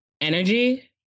Energy